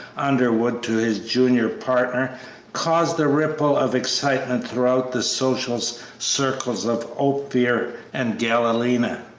underwood to his junior partner caused a ripple of excitement throughout the social circles of ophir and galena.